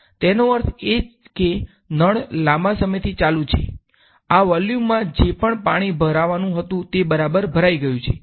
તેનો અર્થ એ કે નળ લાંબા સમયથી ચાલુ છે આ વોલ્યુમમાં જે પણ પાણી ભરવાનું હતું તે બરાબર ભરાઈ ગયું છે